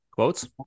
Quotes